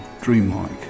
dreamlike